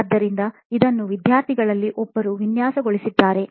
ಆದ್ದರಿಂದ ಇದನ್ನು ವಿದ್ಯಾರ್ಥಿಗಳಲ್ಲಿ ಒಬ್ಬರು ವಿನ್ಯಾಸಗೊಳಿಸಿದ್ದಾರೆ